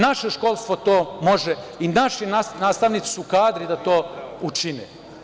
Naše školstvo to može i naši nastavnici su kadri da to učine.